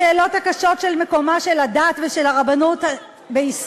בשאלות הקשות של מקומה של הדת ושל הרבנות בישראל.